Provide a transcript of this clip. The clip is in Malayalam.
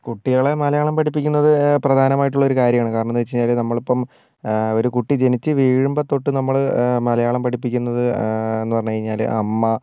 കുട്ടികളെ മലയാളം പഠിപ്പിക്കുന്നത് പ്രധാനമായിട്ടുള്ളൊരു കാര്യമാണ് കാരണം എന്ന് വെച്ചുകഴിഞ്ഞാൽ നമ്മളിപ്പം ഒരു കുട്ടി ജനിച്ചു വീഴുമ്പോൾ തൊട്ട് നമ്മൾ മലയാളം പഠിപ്പിക്കുന്നത് എന്ന് പറഞ്ഞുകഴിഞ്ഞാൽ അമ്മ